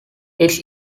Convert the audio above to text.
its